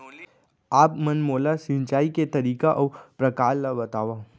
आप मन मोला सिंचाई के तरीका अऊ प्रकार ल बतावव?